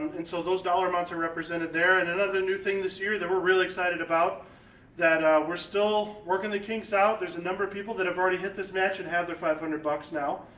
and so those dollar amounts are represented there. and another new thing this year that we're really excited about that we're still working the kinks out, there's a number of people that have already hit this match and have their five hundred bucks now,